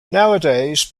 nowadays